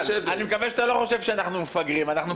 שאתה לא חושב שאנחנו מפגרים, ניסן.